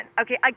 okay